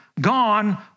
gone